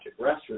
restroom